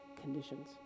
conditions